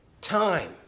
time